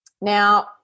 Now